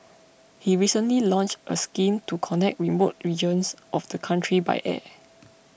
he recently launched a scheme to connect remote regions of the country by air